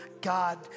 God